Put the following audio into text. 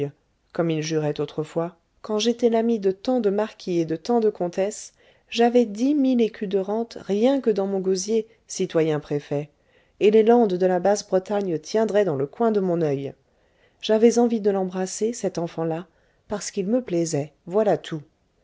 comme ils juraient autrefois quand j'étais l'ami de tant de marquis et de tant de comtesses j'avais dix mille écus de rentes rien que dans mon gosier citoyen préfet et les landes de la basse bretagne tiendraient dans le coin de mon oeil j'avais envie de l'embrasser cet enfant-là parce qu'il me plaisait voilà tout